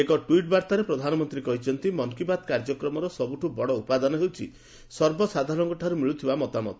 ଏକ ଟ୍ୱିଟ୍ ବାର୍ଭାରେ ପ୍ରଧାନମନ୍ତୀ କହିଛନ୍ତି ମନ୍ କି ବାତ୍ କାର୍ଯ୍ୟକ୍ରମର ସବୁଠୁ ବଡ ଉପାଦାନ ହେଉଛି ସର୍ବସାଧାରଣଙ୍କ ଠାରୁ ମିଳୁଥିବା ମତାମତ